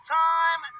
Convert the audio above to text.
time